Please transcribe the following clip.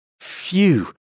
Phew